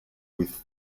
with